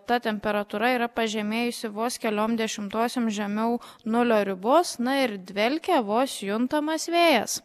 ta temperatūra yra pažemėjusi vos keliom dešimtosiom žemiau nulio ribos na ir dvelkė vos juntamas vėjas